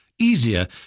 Easier